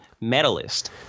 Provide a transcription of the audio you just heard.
medalist